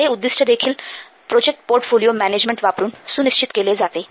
हे उद्दिष्ट्य देखील प्रोजेक्ट पोर्टफोलिओ मॅनॅजमेन्ट वापरून सुनिश्चित केले जाते